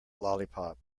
lollipop